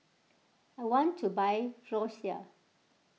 I want to buy Floxia